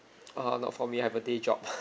err not for me I've a day job